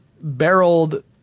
barreled